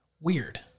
weird